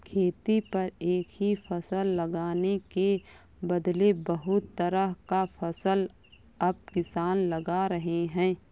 खेती पर एक ही फसल लगाने के बदले बहुत तरह का फसल अब किसान लगा रहे हैं